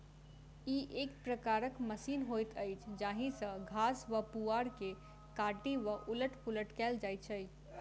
ई एक प्रकारक मशीन होइत अछि जाहि सॅ घास वा पुआर के काटि क उलट पुलट कयल जाइत छै